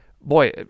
boy